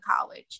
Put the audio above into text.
college